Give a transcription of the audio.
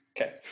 Okay